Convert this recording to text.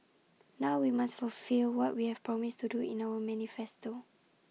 now we must fulfil what we have promised to do in our manifesto